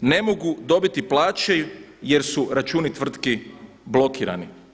ne mogu dobiti plaće jer su računi tvrtki blokirani.